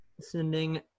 sending